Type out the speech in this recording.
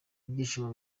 ibyishimo